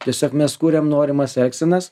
tiesiog mes kuriam norimas elgsenas